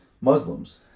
Muslims